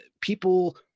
people